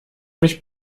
mich